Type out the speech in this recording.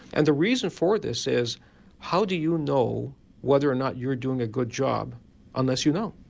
and the reason for this is how do you know whether or not you're doing a good job unless you know.